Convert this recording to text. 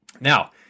Now